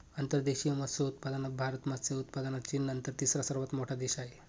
अंतर्देशीय मत्स्योत्पादनात भारत मत्स्य उत्पादनात चीननंतर तिसरा सर्वात मोठा देश आहे